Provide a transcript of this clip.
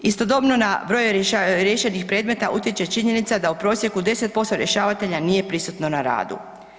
Istodobno na broj riješenih predmeta utječe činjenica da u prosjeku 10% rješavatelja nije prisutno na radu.